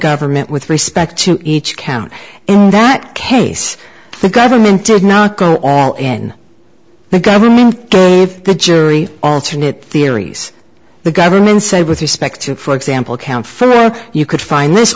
government with respect to each count in that case the government did not go in the government if the jury alternate theories the government said with respect to for example count for all you could find this